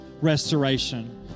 restoration